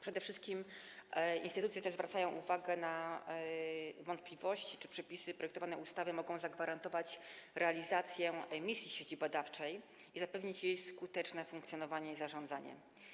Przede wszystkim instytucje te zwracają uwagę na wątpliwości, czy przepisy projektowanej ustawy mogą zagwarantować realizację misji sieci badawczej i zapewnić jej skuteczne funkcjonowanie i zarządzanie.